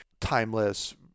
timeless